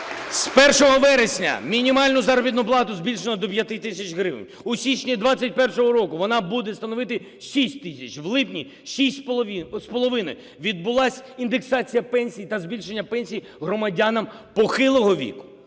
З 1 вересня мінімальну заробітну плату збільшено до 5 тисяч гривень, у січні 2021 року вона буде становити 6 тисяч, у липні - 6,5. Відбулася індексація пенсій та збільшення пенсій громадянам похилого віку.